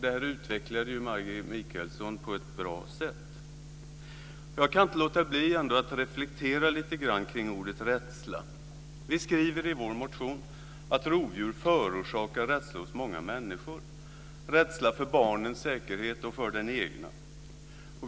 Det utvecklade Maggi Mikaelsson på ett bra sätt. Jag kan ändå inte låta bli att reflektera lite grann över ordet rädsla. Vi skriver i vår motion att rovdjur förorsakar rädsla hos många människor, rädsla för barnens säkerhet och för den egna.